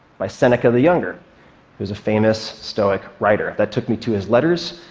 by seneca the younger, who was a famous stoic writer. that took me to his letters,